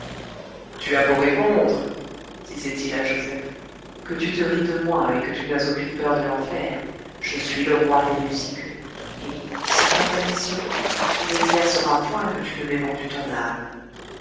tu as beau répondre disait-il à joseph que tu te ris de moi et que tu n'as aucune peur de l'enfer je suis le roi des musiqueux et sans ma permission tu n'exerceras point que tu ne m'aies vendu ton âme